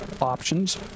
options